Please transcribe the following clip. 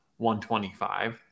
125